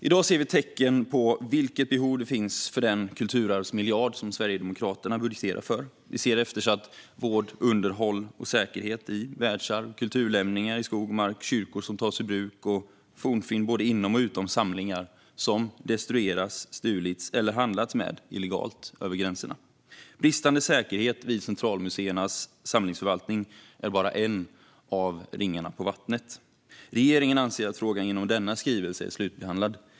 I dag ser vi tecken på vilket behov det finns av den kulturarvsmiljard Sverigedemokraterna budgeterar för. Vi ser eftersatt vård, underhåll och säkerhet vad gäller världsarv och kulturlämningar i skog och mark. Vi ser att kyrkor tas ur bruk och att fornfynd både inom och utom samlingar destrueras, stjäls eller handlas med illegalt över gränserna. Bristande säkerhet vid centralmuseernas samlingsförvaltning är bara en av ringarna på vattnet. Regeringen anser att frågan genom denna skrivelse är slutbehandlad.